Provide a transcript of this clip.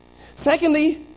Secondly